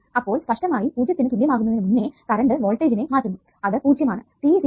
അപ്പോൾ സ്പഷ്ടമായി 0 നു തുല്യമാകുന്നതിനു മുന്നേ കറണ്ട് വോൾട്ടേജിനെ മാറ്റുന്നു അത് പൂജ്യം ആണ്